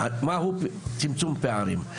מהו צמצום פערים.